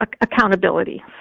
accountability